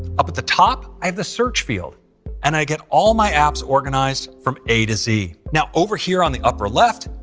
up at the top, i have the search field and i get all my apps organized from a to z. now, over here on the upper left,